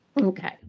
Okay